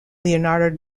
leonardo